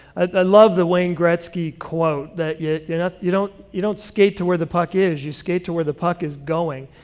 i love the wayne gretzky quote that yeah you know you don't you don't skate to where the puck is, you skate to where the puck is going.